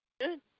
Good